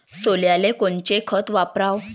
सोल्याले कोनचं खत वापराव?